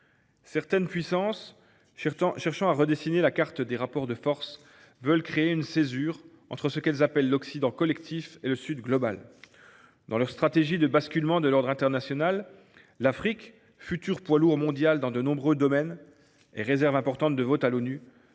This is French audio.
Certaines puissances, cherchant à redessiner la carte des rapports de force, veulent créer une césure entre ce qu’elles appellent « l’Occident collectif » et le « Sud global ». Dans leur stratégie de basculement de l’ordre international, l’Afrique, futur poids lourd mondial dans de nombreux domaines et réserve importante de votes à l’ONU,